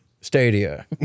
Stadia